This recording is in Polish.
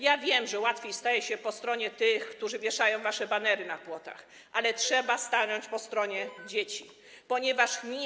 Ja wiem, że łatwiej staje się po stronie tych, którzy wieszają wasze banery na płotach, ale trzeba stanąć po stronie dzieci, ponieważ nie da nic.